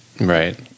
Right